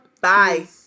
Bye